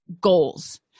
goals